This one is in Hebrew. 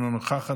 אינה נוכחת,